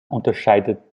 unterscheidet